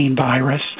virus